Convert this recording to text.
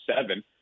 seven